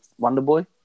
Wonderboy